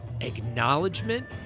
acknowledgement